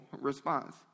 response